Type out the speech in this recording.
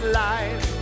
life